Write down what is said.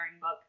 book